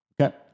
okay